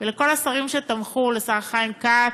לכל השרים שתמכו: לשר חיים כץ,